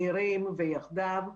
נירים ויחדיו,